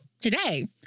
today